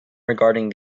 regarding